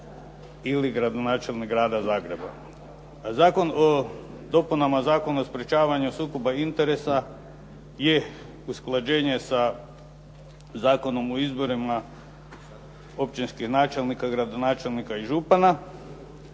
ili gradonačelnik Grada Zagreba. Zakon o dopunama Zakona o sprečavanju sukoba interesa je usklađenje sa Zakonom o izborima općinskih načelnika, gradonačelnika i župana.